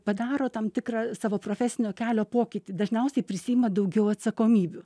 padaro tam tikrą savo profesinio kelio pokytį dažniausiai prisiima daugiau atsakomybių